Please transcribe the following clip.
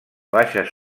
baixes